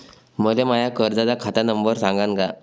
मले माया कर्जाचा खात नंबर सांगान का?